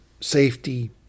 safety